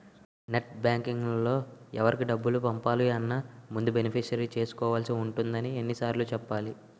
net బాంకింగ్లో ఎవరికి డబ్బులు పంపాలన్నా ముందు బెనిఫిషరీని చేర్చుకోవాల్సి ఉంటుందని ఎన్ని సార్లు చెప్పాలి